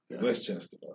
Westchester